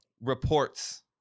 Reports